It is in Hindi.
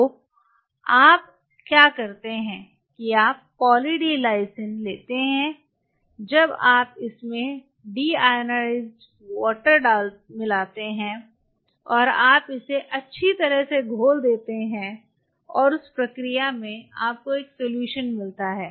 तो आप क्या करते हैं कि आप पॉली डी लाइसिन लेते हैं जब आप इसमें डीआयोनीज़ेड पानी मिलाते हैं और आप इसे अच्छी तरह से घोल देते हैं और उस प्रक्रिया में आपको एक सोलुशन मिलता है